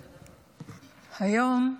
היום,